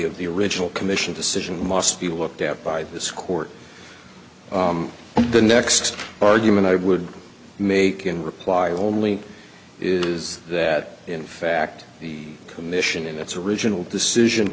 of the original commission decision must be looked at by this court the next argument i would make in reply only is that in fact the commission in that's original decision